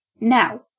Now